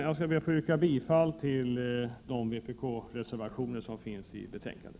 Jag ber att få yrka bifall till de vpk-reservationer som finns i betänkandet.